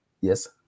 yes